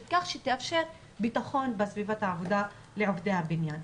כך שתאפשר ביטחון בסביבת העבודה לעובדי הבניין.